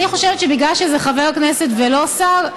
אני חושבת שבגלל שזה חבר כנסת ולא שר,